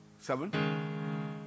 Seven